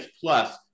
plus